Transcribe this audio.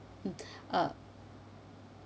uh